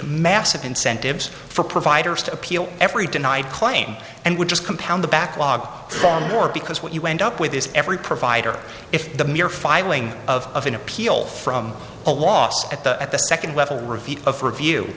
massive incentives for providers to appeal every denied claim and would just compound the backlog far more because what you end up with is every provider if the mere filing of an appeal from a lost at the at the second level review